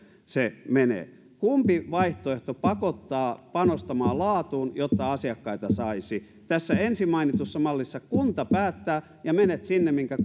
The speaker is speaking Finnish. hän menee kumpi vaihtoehto pakottaa panostamaan laatuun jotta asiakkaita saisi tässä ensin mainitussa mallissa kunta päättää ja menet sinne minkä